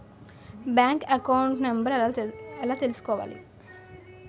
Bank account number ఎలా తీసుకోవాలి?